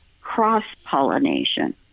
cross-pollination